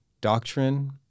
doctrine